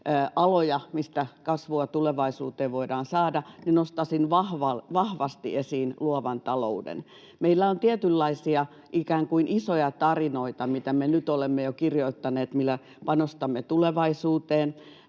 aloja, mistä kasvua tulevaisuuteen voidaan saada, nostaisin vahvasti esiin luovan talouden. Meillä on tietynlaisia ikään kuin isoja tarinoita, mitä nyt olemme jo kirjoittaneet, millä panostamme tulevaisuuteen.